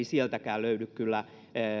sieltäkään löydy